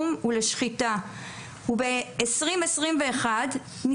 והדבר האחרון ובעיני הכי חשוב, הזווית